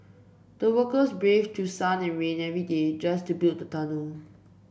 the workers braved through sun and rain every day just to build the tunnel